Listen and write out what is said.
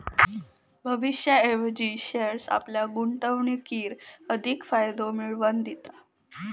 भविष्याऐवजी शेअर्स आपल्या गुंतवणुकीर अधिक फायदे मिळवन दिता